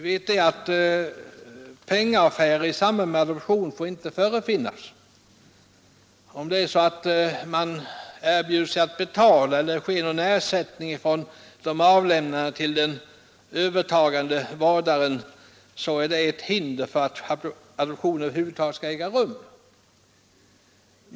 Vi vet att penningaffärer i samband med adoption inte får förekomma. Om det är så att man erbjuder sig att betala eller om det ges någon ersättning från den avlämnande till den övertagande vårdaren, så är det ett hinder för att adoption över huvud taget skall äga rum.